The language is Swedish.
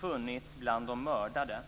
funnits bland de mördade.